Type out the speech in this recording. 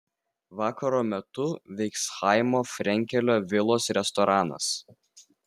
vakaro metu veiks chaimo frenkelio vilos restoranas